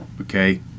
Okay